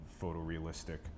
photorealistic